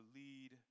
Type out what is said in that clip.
lead